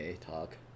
talk